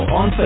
on